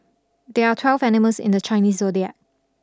there are twelve animals in the Chinese zodiac